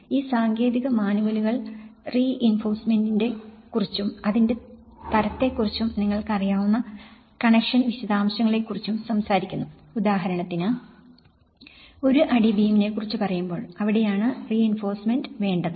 ഈ സാങ്കേതിക മാനുവലുകൾ റീഇൻഫോഴ്സ്മെന്റിനെ കുറിച്ചും അതിന്റെ തരത്തെക്കുറിച്ചും നിങ്ങൾക്ക് അറിയാവുന്ന കണക്ഷൻ വിശദാംശങ്ങളെക്കുറിച്ചും സംസാരിക്കുന്നു ഉദാഹരണത്തിന് ഞങ്ങൾ ഒരു അടി ബീമിനേക്കുറിച്ചു പറയുമ്പോൾ അവിടെയാണ് റീഇൻഫോഴ്സ്മെന്റ് വേണ്ടത്